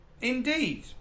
Indeed